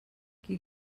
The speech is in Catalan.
qui